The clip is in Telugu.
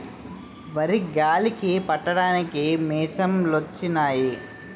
వరి గాలికి పట్టడానికి మిసంలొచ్చినయి